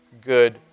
good